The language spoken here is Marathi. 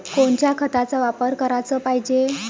कोनच्या खताचा वापर कराच पायजे?